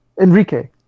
Enrique